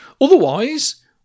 Otherwise